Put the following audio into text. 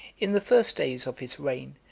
in the first days of his reign,